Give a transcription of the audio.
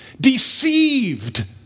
Deceived